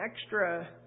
extra